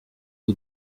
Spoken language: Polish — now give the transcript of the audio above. był